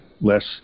less